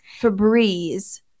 Febreze